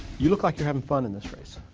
you look like you're having fun in this race.